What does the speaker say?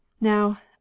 Now